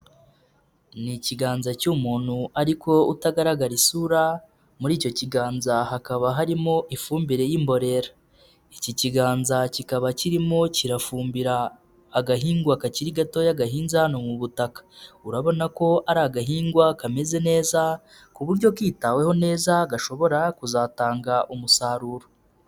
Ni ikiganza cy'umuntu ariko utagaragara isura, muri icyo kiganza hakaba harimo ifumbire y'imborera, iki kiganza kikaba kirimo kirafumbira agahingwa kakiri gatoya gahinze hano mu butaka, urabona ko ari agahingwa kameze neza, ku buryo kitaweho neza gashobora kuzatanga umusaruro.